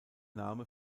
name